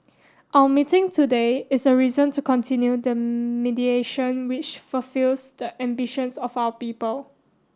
our meeting today is a reason to continue the mediation which fulfils the ambitions of our people